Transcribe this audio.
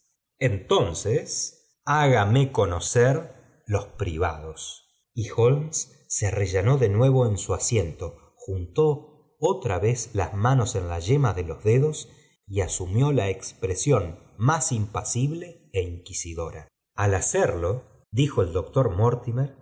toncee hágame x nooer los privados i holmes se arrellanó de nuevo en su asien y juntó otra vez las manos en las yemas de los edos y asumió la expresión más impasible ó inquisidora v al hacerlo dijo el doctor